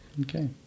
okay